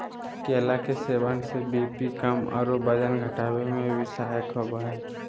केला के सेवन से बी.पी कम आरो वजन घटावे में भी सहायक होबा हइ